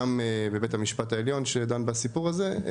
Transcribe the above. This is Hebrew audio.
גם בבית המשפט העליון שדן בסיפור הזה.